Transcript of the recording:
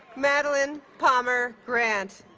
madelyn palmer grant